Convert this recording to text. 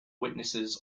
witnesses